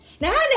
now